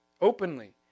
openly